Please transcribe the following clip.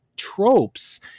tropes